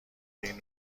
این